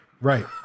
Right